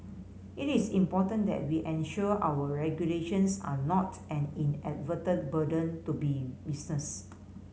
it is important that we ensure our regulations are not an inadvertent burden to be business